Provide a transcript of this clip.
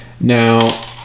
Now